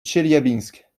tcheliabinsk